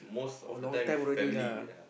oh long time already ah